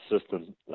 system